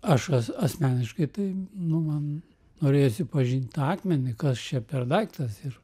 aš asmeniškai tai nu man norėjosi pažint tą akmenį kas čia per daiktas ir